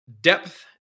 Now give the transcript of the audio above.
depth